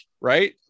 right